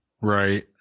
right